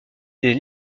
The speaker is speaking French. des